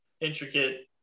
intricate